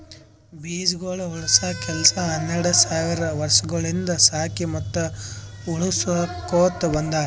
ಬೀಜಗೊಳ್ ಉಳುಸ ಕೆಲಸ ಹನೆರಡ್ ಸಾವಿರ್ ವರ್ಷಗೊಳಿಂದ್ ಸಾಕಿ ಮತ್ತ ಉಳುಸಕೊತ್ ಬಂದಾರ್